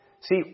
See